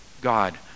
God